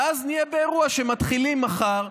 ואז נהיה באירוע שמתחילים מחר,